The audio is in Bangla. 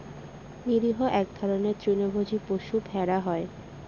নিরীহ এক ধরনের তৃণভোজী পশু ভেড়া হয়